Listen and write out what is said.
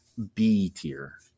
B-tier